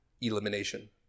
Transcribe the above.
elimination